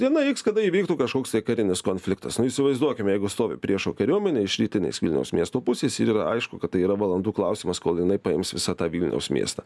diena iks kada įvyktų kažkoks tai karinis konfliktas na įsivaizduokime jeigu stovi priešo kariuomenė iš rytinės vilniaus miesto pusės ir yra aišku kad tai yra valandų klausimas kol jinai paims visą tą vilniaus miestą